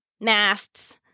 masts